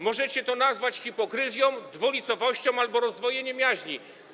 Możecie to nazwać hipokryzją, dwulicowością albo rozdwojeniem jaźni.